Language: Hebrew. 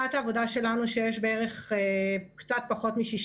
שיש בערך קצת פחות מ-6